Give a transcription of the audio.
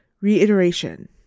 Reiteration